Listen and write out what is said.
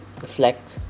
reflect